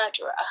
murderer